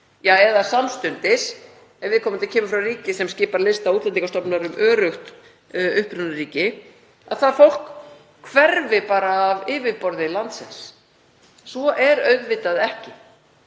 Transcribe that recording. eða samstundis ef viðkomandi kemur frá ríki sem skipar sæti á lista Útlendingastofnunar um öruggt upprunaríki, að það fólk hverfi bara af yfirborði landsins. Svo er auðvitað ekki.